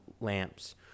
lamps